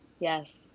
Yes